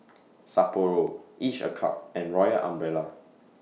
Sapporo Each A Cup and Royal Umbrella